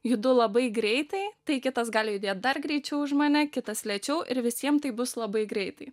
judu labai greitai tai kitas gali judėt dar greičiau už mane kitas lėčiau ir visiem tai bus labai greitai